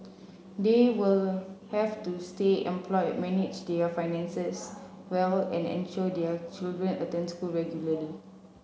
they will have to stay employed manage their finances well and ensure their children attend school regularly